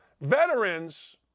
veterans